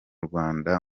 rwanda